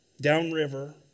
Downriver